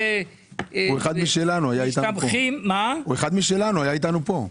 הוא אחד משלנו, היה איתנו פה.